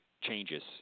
changes